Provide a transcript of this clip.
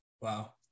Wow